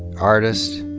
artist,